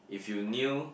if you knew